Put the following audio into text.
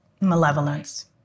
malevolence